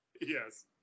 Yes